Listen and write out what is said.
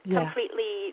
completely